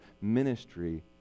ministry